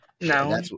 No